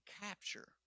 capture